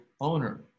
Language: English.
owner